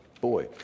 boy